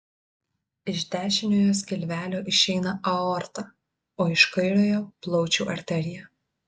iš dešiniojo skilvelio išeina aorta o iš kairiojo plaučių arterija